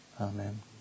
Amen